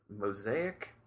mosaic